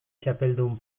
txapeldun